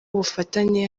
ubufatanye